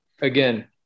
again